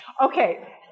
Okay